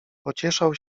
pocieszał